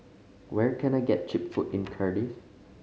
where can I get cheap food in Cardiff